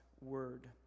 word